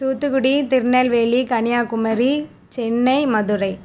Thoothukudi Tirunelveli Kanyakumari Chennai Madurai